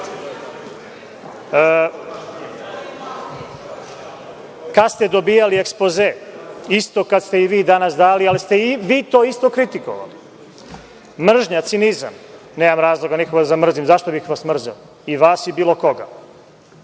Kad ste dobijali ekspoze? Isto kad ste i vi danas dali, ali ste i vi to isto kritikovali. Mržnja, cinizam. Nemam razloga nekoga da mrzim. Zašto bih vas mrzeo, i vas i bilo koga?